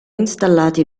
installati